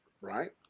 right